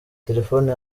telefone